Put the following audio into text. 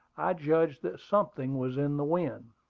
i judged that something was in the wind.